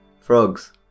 Frogs